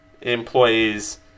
employees